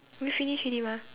we finish already mah